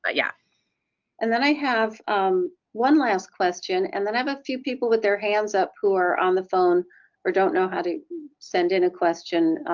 ah yeah and then i have um one last question and then i have a few people with their hands up who are on the phone or don't know how to send in a question.